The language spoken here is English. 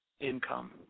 income